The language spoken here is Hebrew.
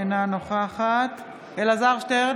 אינה נוכחת אלעזר שטרן,